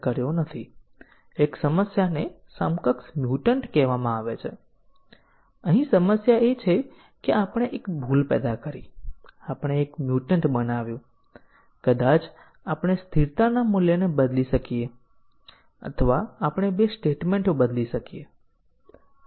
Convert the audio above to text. આપણે અગાઉ તેને વ્યાખ્યાયિત કર્યું હતું કે પાથ કવરેજ હાંસલ કરવું એ સુનિશ્ચિત કરતું નથી કે આપણે MCDC કવરેજ પ્રાપ્ત કર્યું છે અને તેવી જ રીતે જો આપણું ટેસ્ટ સ્યુટ MCDC કવરેજ પ્રાપ્ત કરે છે તેનો અર્થ એ નથી કે આપણે પાથ કવરેજ પ્રાપ્ત કર્યું છે